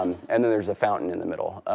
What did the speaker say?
um and then there's a fountain in the middle.